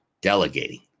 delegating